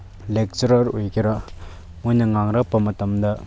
ꯂꯦꯛꯆꯔꯂꯔ ꯑꯣꯏꯒꯦꯔꯥ ꯃꯣꯏꯅ ꯉꯥꯡꯂꯛꯄ ꯃꯇꯝꯗ